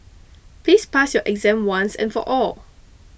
please pass your exam once and for all